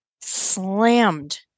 slammed